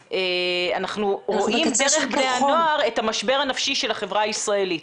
אנחנו רואים דרך בני הנוער את המשבר הנפשי של החברה הישראלית,